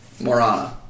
Morana